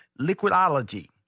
Liquidology